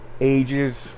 ages